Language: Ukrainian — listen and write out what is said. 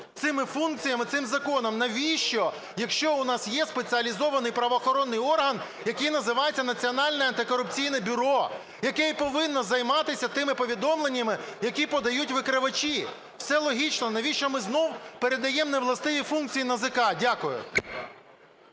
цими функціями цим законом. Навіщо? Якщо у нас є спеціалізований правоохоронний орган, який називається Національне антикорупційне бюро, яке і повинно займатися тими повідомленнями, які подають викривачі, все логічно. Навіщо ми знову передаємо невластиві функції НАЗК? Дякую.